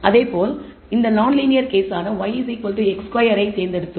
இதேபோல் இந்த நான்லீனியர் கேஸான yx2 ஐ தேர்ந்தெடுத்துள்ளேன்